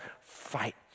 fight